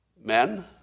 Men